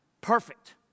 perfect